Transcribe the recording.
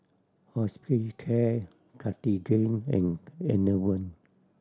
Hospicare Cartigain and Enervon